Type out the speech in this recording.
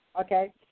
Okay